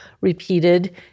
repeated